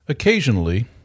Occasionally